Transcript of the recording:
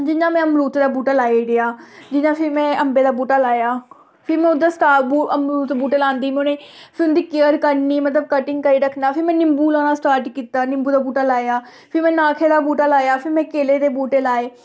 जि'यां में मरूदें दा बूह्टा लाई ओड़ेआ जि'यां फिर में अंबें दा बूह्टा लाया फिर में उद्धर साग मरूदें दे बूह्टे लांदी फिर उं'दी केयर करनी मतलब कटिंग करिये रखना फिर में नींबू लाना स्टार्ट कीता नींबू दा बूह्टा लाया फिर में नाखें दा बूह्टा लाया फिर में केलें दे बूह्टे लाये